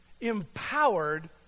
Empowered